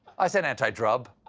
i said antidrug,